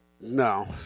No